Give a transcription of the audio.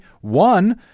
One